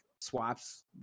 swaps